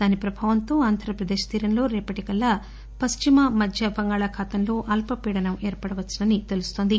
దాని ప్రభావంతో ఆంధ్రప్రదేశ్ తీరంలో రేపటికల్లా పశ్చిమ మధ్య బంగాళాఖాతంలో అల్పీడన ఏర్పడవచ్చని తెలుస్తోంది